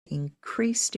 increased